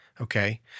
okay